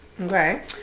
Okay